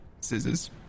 scissors